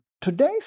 Today's